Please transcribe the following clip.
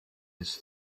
his